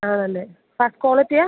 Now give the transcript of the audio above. ആണല്ലേ first quality ആണോ